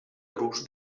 grups